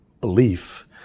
belief